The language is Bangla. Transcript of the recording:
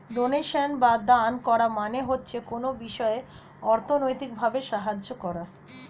ডোনেশন বা দান করা মানে হচ্ছে কোনো বিষয়ে অর্থনৈতিক ভাবে সাহায্য করা